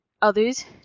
others